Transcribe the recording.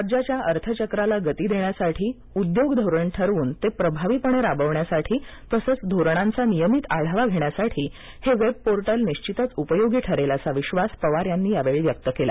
राज्याच्या अर्थचक्राला गती देण्यासाठी उद्योग धोरण ठरवून ते प्रभावीपणे राबवण्यासाठी तसंच धोरणांचा नियमित आढावा घेण्यासाठी हे वेब पोर्टल निश्वितच उपयोगी ठरेल असा विश्वास पवार यांनी यावेळी व्यक्त केला